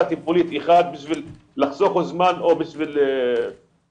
טיפולית אחת כדי לחסוך בזמן או כדי להרוויח.